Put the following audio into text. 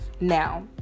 now